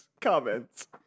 comments